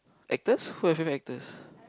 actors who are your favourite actors